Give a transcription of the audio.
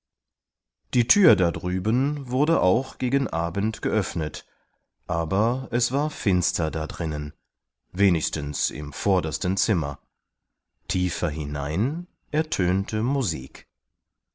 die thür da drüben wurde auch gegen abend geöffnet aber es war finster da drinnen wenigstens im vordersten zimmer tiefer hinein ertönte musik